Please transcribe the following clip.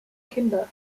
kinder